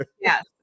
Yes